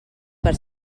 per